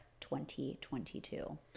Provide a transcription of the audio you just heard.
2022